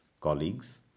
colleagues